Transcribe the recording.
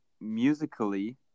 musically